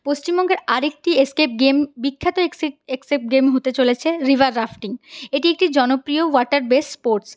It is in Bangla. পশ্চিমবঙ্গের আর একটি এসকেপ গেম বিখ্যাত এসকেপ গেম হতে চলেছে রিভার রাফটিং এটি একটি জনপ্রিয় ওয়াটার বেস স্পোর্টস